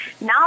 Now